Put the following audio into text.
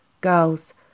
girls